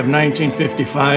1955